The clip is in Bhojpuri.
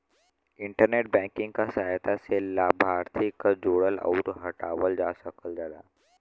इंटरनेट बैंकिंग क सहायता से लाभार्थी क जोड़ल आउर हटावल जा सकल जाला